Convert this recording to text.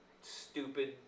stupid